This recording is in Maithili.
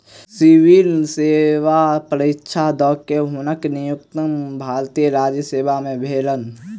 सिविल सेवा परीक्षा द के, हुनकर नियुक्ति भारतीय राजस्व सेवा में भेलैन